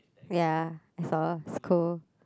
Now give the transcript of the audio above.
ya I saw it's cool